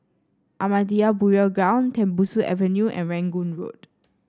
Ahmadiyya Burial Ground Tembusu Avenue and Rangoon Road